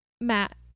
Matt